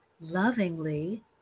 lovingly